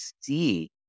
see